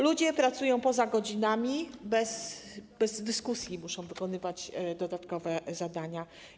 Ludzie pracują poza godzinami, bez dyskusji muszą wykonywać dodatkowe zadania.